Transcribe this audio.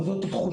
אבל זו התחושה,